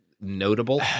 notable